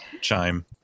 chime